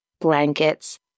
blankets